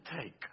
take